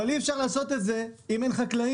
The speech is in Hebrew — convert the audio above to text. אבל אי אפשר לעשות את זה אם אין חקלאים.